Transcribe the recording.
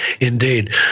Indeed